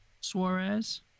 Suarez